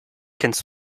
kennst